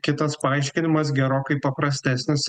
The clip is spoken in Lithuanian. kitas paaiškinimas gerokai paprastesnis